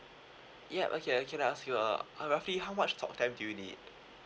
yup okay uh can I ask you uh uh roughly how much talk time do you need